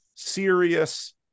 Serious